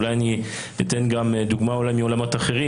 אולי אני אתן גם דוגמה מעולמות אחרים,